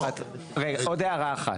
רגע עוד הערה אחת.